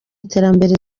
iterambere